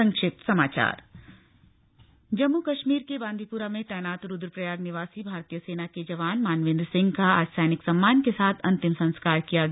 संक्षिप्त समाचार जम्मू कष्मीर के बांदीपुरा मे तैनात रूद्रपयाग निवासी भारतीय सेना के जवान मानवेन्द्र सिंह का आज सैनिक सम्मान के साथ अतिंम संस्कार किया गया